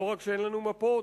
לא רק שאין לנו מפות,